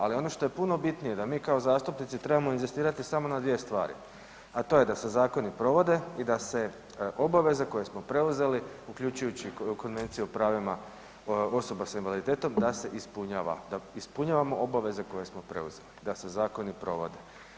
Ali ono što je puno bitnije da mi kao zastupnici trebamo inzistirati samo na dvije stvari, a to je da se zakoni provode i da se obaveze koje smo preuzeli, uključujući i Konvenciju o pravima osoba s invaliditetom, da se ispunjava, da ispunjavamo obaveze koje smo preuzeli i da se zakoni provode.